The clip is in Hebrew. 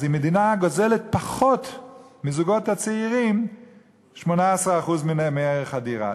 אז המדינה גוזלת מהזוגות הצעירים 18% פחות מערך הדירה.